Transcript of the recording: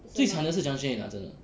最惨的是 junction eight lah 真的